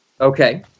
Okay